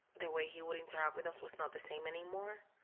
the way he would interact with us was not the same anymore.